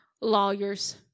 lawyers